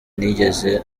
nigeze